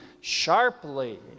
sharply